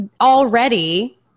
already